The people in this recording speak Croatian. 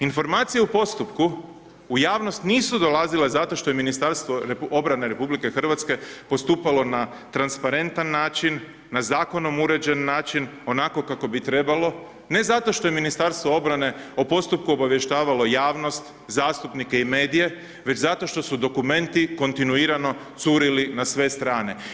Informacije o postupku u javnost nisu dolazile zato što je Ministarstvo obrane Republike Hrvatske postupalo na transparentan način, na zakonom uređen način onako kako bi trebalo ne zato što je Ministarstvo obrane o postupku obavještavalo javnost, zastupnike i medije, već zato što su dokumenti kontinuirano curili na sve strane.